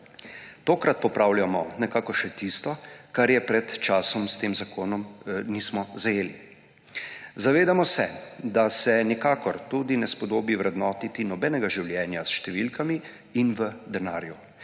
Tokrat popravljamo nekako še tisto, česar pred časom s tem zakonom nismo zajeli. Zavedamo se, da se nikakor tudi ne spodobi vrednoti nobenega življenja s številkami in v denarju,